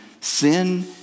Sin